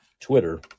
Twitter